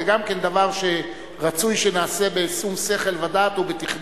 זה גם כן דבר שרצוי שנעשה בשום שכל ודעת ובתכנון.